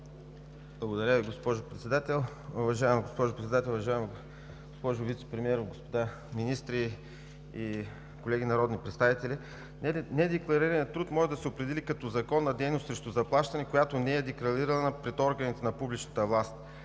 Благодаря Ви, госпожо Председател. Уважаема госпожо Председател, уважаема госпожо Вицепремиер, господа министри и колеги народни представители! Недекларираният труд може да се определя като законна дейност срещу заплащане, която не е декларирана пред органите на публичната власт.